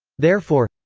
therefore,